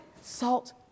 salt